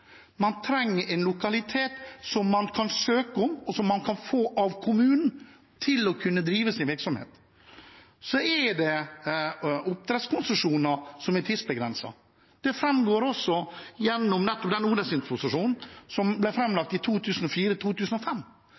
man trenger en lokalitet, som man kan søke om, og som man kan få av kommunen, til å kunne drive sin virksomhet. Så er det oppdrettskonsesjoner som er tidsbegrenset. Det framgår også av den odelstingsproposisjonen som ble framlagt i 2005,